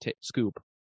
scoop